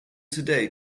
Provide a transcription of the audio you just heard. today